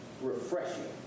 refreshing